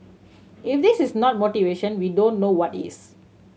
if this is not motivation we don't know what is